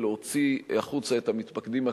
להוציא החוצה את המתפקדים הכפולים,